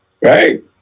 right